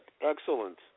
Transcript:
excellent